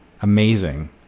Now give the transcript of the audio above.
amazing